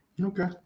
Okay